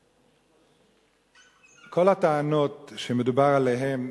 כל הטענות שמדובר עליהן,